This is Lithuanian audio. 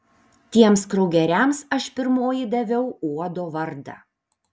tiems kraugeriams aš pirmoji daviau uodo vardą